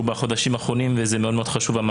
בחודשים האחרונים והמעקב הזה מאוד מאוד חשוב.